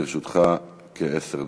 לרשותך כעשר דקות.